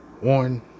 One